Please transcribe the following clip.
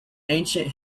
ancient